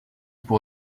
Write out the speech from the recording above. pour